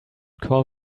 call